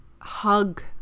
Hug